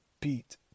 beat